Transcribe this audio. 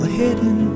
hidden